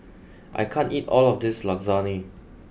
I can't eat all of this Lasagne